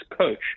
coach